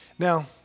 Now